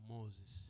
Moses